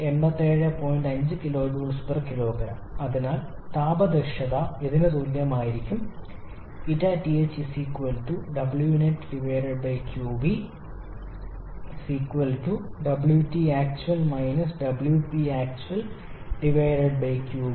5 𝑘𝐽 𝑘𝑔 അതിനാൽ താപ ദക്ഷത ഇതിന് തുല്യമായിരിക്കണം 𝜂𝑡ℎ 𝑊𝑛𝑒𝑡𝑞𝐵𝑊𝑇𝑎𝑐𝑡𝑢𝑎𝑙 𝑊𝑃𝑎𝑐𝑡𝑢𝑎𝑙𝑞𝐵 36